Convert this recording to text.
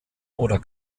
oder